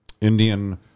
Indian